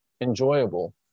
enjoyable